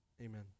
amen